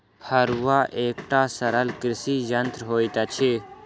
फड़ुआ एकटा सरल कृषि यंत्र होइत अछि